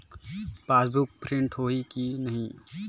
Passbook print होही कि नहीं?